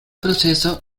proceso